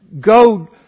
go